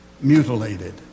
mutilated